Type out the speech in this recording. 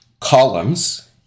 columns